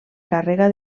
càrrega